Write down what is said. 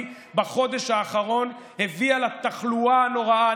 בחודש האחרון הביאו לתחלואה הנוראה.